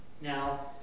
Now